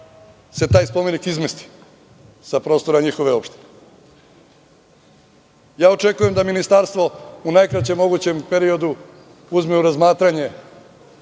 se taj spomenik izmesti sa prostora njihove opštine? Ja očekujem da ministarstvo u najkraćem mogućem periodu uzme u razmatranje